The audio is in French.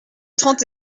trente